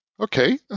okay